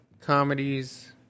comedies